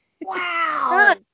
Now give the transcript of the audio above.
Wow